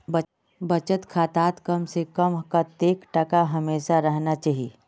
बचत खातात कम से कम कतेक टका हमेशा रहना चही?